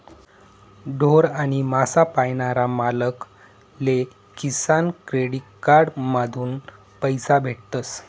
ढोर आणि मासा पायनारा मालक ले किसान क्रेडिट कार्ड माधून पैसा भेटतस